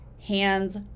hands